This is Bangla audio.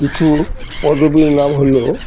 কিছু পদবীর নাম হলো